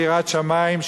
ליראת שמים,